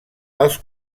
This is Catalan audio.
els